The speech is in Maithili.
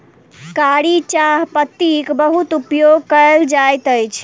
कारी चाह पत्तीक बहुत उपयोग कयल जाइत अछि